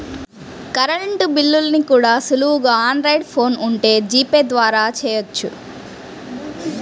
current బిల్లుల్ని కూడా సులువుగా ఆండ్రాయిడ్ ఫోన్ ఉంటే జీపే ద్వారా చెయ్యొచ్చు